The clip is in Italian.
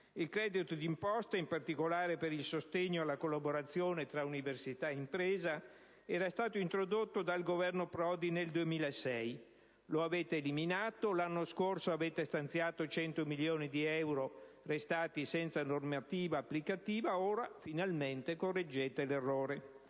Il credito d'imposta in particolare per il sostegno alla collaborazione tra università e impresa era stato introdotto dal Governo Prodi nel 2006: lo avete eliminato; l'anno scorso avete stanziato 100 milioni di euro restati senza normativa applicativa: ora finalmente correggete l'errore,